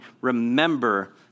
remember